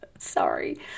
sorry